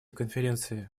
конференции